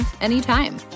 anytime